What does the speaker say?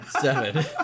Seven